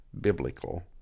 biblical